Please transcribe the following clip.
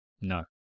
No